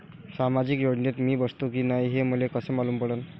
सामाजिक योजनेत मी बसतो की नाय हे मले कस मालूम पडन?